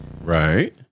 Right